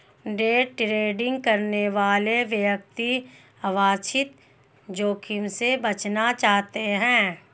day trading करने वाले व्यक्ति अवांछित जोखिम से बचना चाहते हैं